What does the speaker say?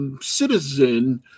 citizen